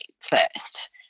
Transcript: first